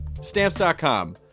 Stamps.com